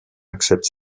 accepte